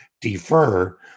defer